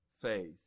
faith